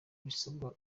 ibisabwa